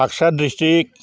Baksa district